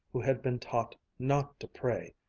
who had been taught not to pray,